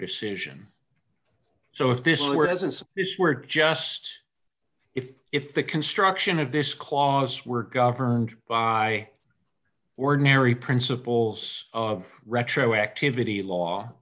decision so if this were as this were just if if the construction of this clause were governed by ordinary principles of retroactivity